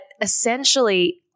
essentially